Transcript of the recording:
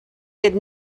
did